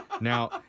now